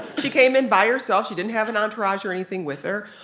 she came in by herself. she didn't have an entourage or anything with her.